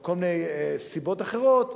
או כל מיני סיבות אחרות,